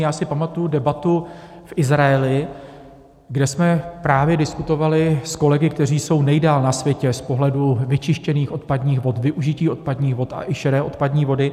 Já si pamatuji debatu v Izraeli, kde jsme právě diskutovali s kolegy, kteří jsou nejdál na světě z pohledu vyčištěných odpadních vod, využití odpadních vod a i šedé odpadní vody.